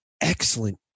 excellent